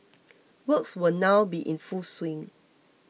works will now be in full swing